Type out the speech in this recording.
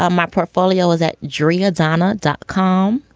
um my portfolio is at jerry yeah donna. dot com.